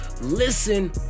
listen